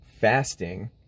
fasting